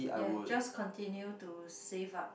ya just continue to save up